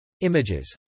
Images